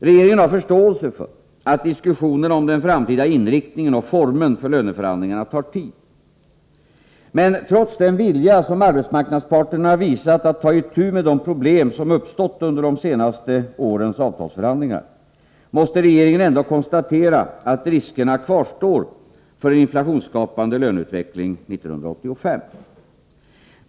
Regeringen har förståelse för att diskussionerna om den framtida inriktningen och formen för löneförhandlingarna tar tid. Men trots att arbetsmarknadens parter visat en vilja att ta itu med de problem som uppstått under de senaste årens avtalsförhandlingar, måste regeringen konstatera att riskerna kvarstår för en inflationsskapande löneutveckling 1985.